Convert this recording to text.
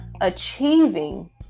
achieving